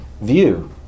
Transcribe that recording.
view